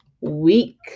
week